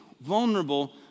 vulnerable